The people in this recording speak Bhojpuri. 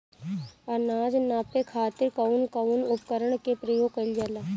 अनाज नापे खातीर कउन कउन उपकरण के प्रयोग कइल जाला?